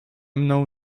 mną